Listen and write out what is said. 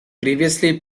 previously